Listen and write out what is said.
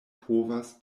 povas